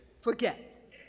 forget